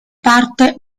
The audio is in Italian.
parte